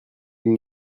nous